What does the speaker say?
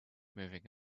moving